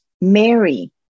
Mary